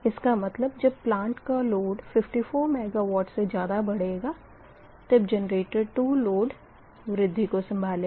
इसका मतलब जब प्लांट का लोड 54 MW से ज़्यादा बढ़ेगा तब जेनरेटर 2 लोड वृद्धि सम्भालेगा